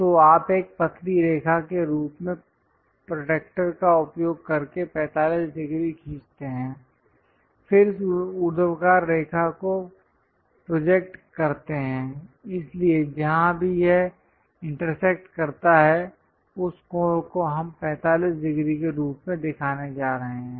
तो आप एक पतली रेखा के रूप में प्रोट्रैक्टर का उपयोग करके 45 डिग्री खींचते हैं फिर इस ऊर्ध्वाधर रेखा को प्रोजेक्ट करते हैं इसलिए जहां भी यह इंटरसेक्ट करता है उस कोण को हम 45 डिग्री के रूप में दिखाने जा रहे हैं